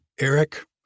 eric